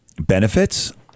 benefits